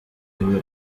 iwe